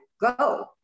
go